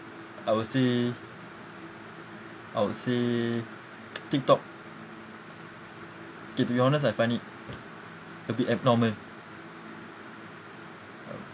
I would say I would say tiktok kay to be honest I find it a bit abnormal